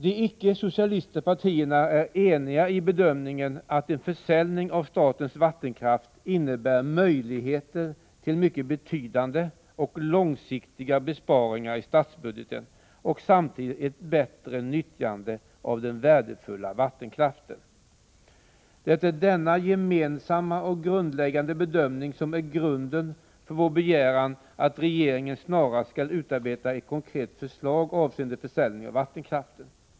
De icke-socialistiska partierna är eniga i bedömningen att en försäljning av statens vattenkraft innebär möjligheter till mycket betydande och långsiktiga besparingar i statsbudgeten och samtidigt ett bättre nyttjande av den värdefulla vattenkraften. Det är denna gemensamma och grundläggande bedömning som är grunden för vår begäran att regeringen snarast skall utarbeta ett konkret förslag avseende försäljningen av vattenkraften.